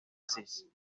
asís